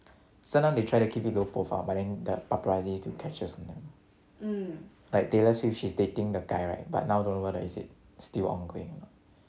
sometime they try to keep it low profile but then the paparazzi still catches on them like taylor swift she's dating the guy right but now don't know whether is it still ongoing